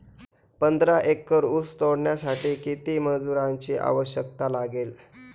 पंधरा एकर ऊस तोडण्यासाठी किती मजुरांची आवश्यकता लागेल?